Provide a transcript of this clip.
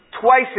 Twice